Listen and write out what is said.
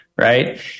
Right